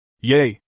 Yay